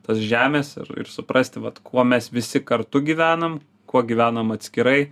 tos žemės ir ir suprasti vat kuo mes visi kartu gyvenam kuo gyvenam atskirai